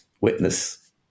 witness